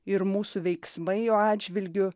ir mūsų veiksmai jo atžvilgiu